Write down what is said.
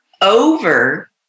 over